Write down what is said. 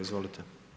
Izvolite.